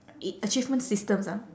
i~ achievement systems ah